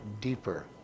deeper